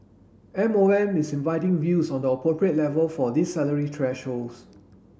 M O M is inviting views on the appropriate level for these salary thresholds